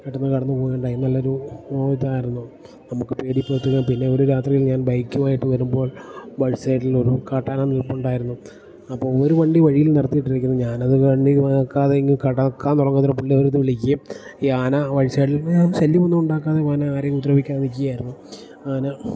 പെട്ടെന്ന് കടന്ന് പോകുകയുണ്ടായി നല്ലൊരു ഇതായിരുന്നു നമുക്ക് പേടി പൊതുവേ പിന്നെ ഒരു രാത്രിയിൽ ഞാൻ ബൈക്കുവായിട്ട് വരുമ്പോൾ വഴിസൈഡിൽ ഒരു കാട്ടാന നിൽപ്പുണ്ടായിരുന്നു അപ്പം ഒരു വണ്ടി വഴിയിൽ നിർത്തിയിട്ടിരിക്കുന്നു ഞാനത് വണ്ടി നോക്കാതെയിങ്ങ് കടക്കാൻ തുടങ്ങുന്നതിന് ഒരു പുള്ളി അവിടുന്ന് വിളിക്കുകയും ഈ ആന വഴി ചാലിൽ ശല്യം ഒന്നും ഉണ്ടാക്കാതെ പിന്നെ ആരെയും ഉദ്രവിക്കാതെ നിൽക്കുകയായിരുന്നു ആന